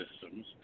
systems